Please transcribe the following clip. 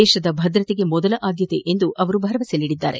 ದೇಶದ ಭದ್ರತೆಗೆ ಮೊದಲ ಆದ್ಯತೆ ಎಂದು ಅವರು ಹೇಳಿದ್ದಾರೆ